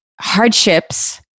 hardships